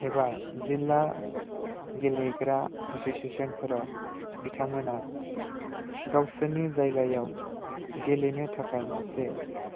एबा जिल्ला गेलेग्रा एस'सियेसनफोराव बिथांमोना गावसोरनि जायगायाव गेलेनो थाखाय मोनसे